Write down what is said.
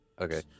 Okay